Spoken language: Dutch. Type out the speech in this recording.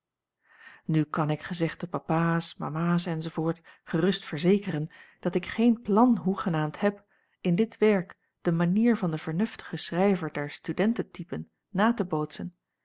nu kan ik gezegde papaas mamaas enz gerust verzekeren dat ik geen plan hoegenaamd heb in dit werk de manier van den vernuftigen schrijver der studenten typen na te bootsen